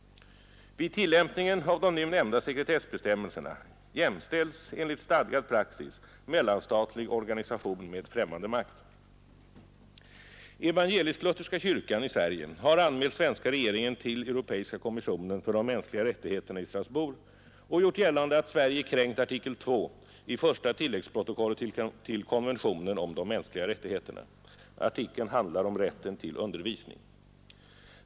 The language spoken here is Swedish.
Vid tillämpningen av de nu nämnda sekretessbestämmelserna jämställs enligt stadgad praxis mellanstatlig organisation med främmande makt. Evangelisk-lutherska kyrkan i Sverige har anmält svenska regeringen till europeiska kommissionen för de mänskliga rättigheterna i Strasbourg och gjort gällande att Sverige kränkt artikel 2 i första tilläggsprotokollet till konventionen om de mänskliga rättigheterna. Artikeln handlar om rätten till undervisning.